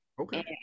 Okay